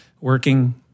working